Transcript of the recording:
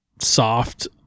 soft